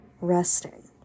resting